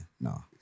no